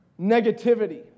negativity